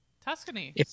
Tuscany